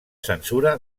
censura